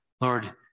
Lord